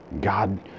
God